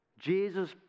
Jesus